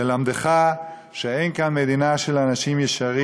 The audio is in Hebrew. ללמדך, שאין כאן מדינה של אנשים ישרים,